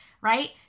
right